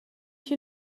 you